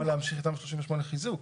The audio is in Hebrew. למה להמשיך עם תמ"א 38 חיזוק?